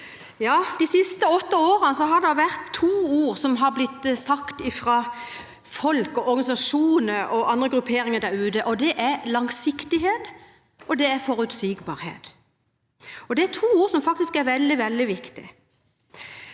De siste åtte årene er det to ord som har blitt brukt av folk, organisasjoner og andre grupperinger der ute. Det er langsiktighet og forutsigbarhet, og det er to ord som faktisk er veldig viktige.